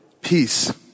peace